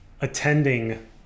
attending